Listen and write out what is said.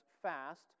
fast